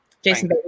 Jason